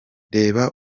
reba